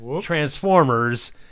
Transformers